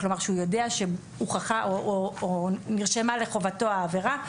כלומר שנרשמה לחובתו העבירה,